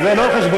זה לא חשבונך.